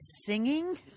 singing